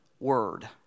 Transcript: Word